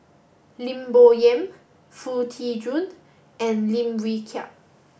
Lim Bo Yam Foo Tee Jun and Lim Wee Kiak